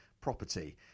property